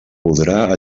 podrà